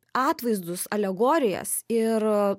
atvaizdus alegorijas ir